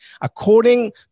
according